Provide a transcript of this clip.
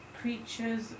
creatures